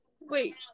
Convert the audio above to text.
Wait